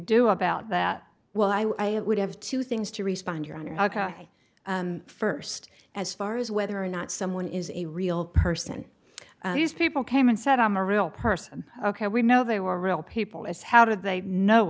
do about that well i would have two things to respond your honor ok first as far as whether or not someone is a real person these people came and said i'm a real person ok we know they were real people as how did they know